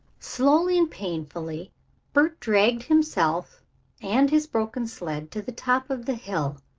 slowly and painfully bert dragged himself and his broken sled to the top of the hill.